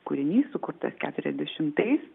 kūrinys sukurtas keturiasdešimtais